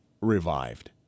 revived